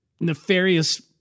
nefarious